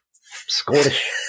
Scottish